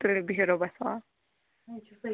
تُلِو بِہِو رۄبَس حوال